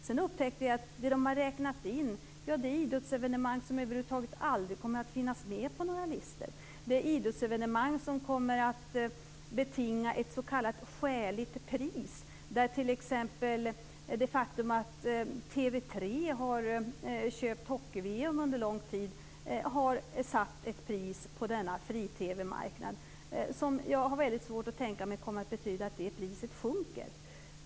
Sedan upptäckte jag att man har räknat in idrottsevenemang som över huvud taget aldrig kommer att finnas med på några listor. Det är idrottsevenemang som kommer att betinga ett s.k. skäligt pris. Det faktum att TV 3 har köpt hockey-VM under lång tid har t.ex. satt ett pris på denna fri-TV-marknad. Jag har väldigt svårt att tänka mig att det kommer att betyda att det priset sjunker.